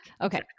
Okay